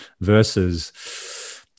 versus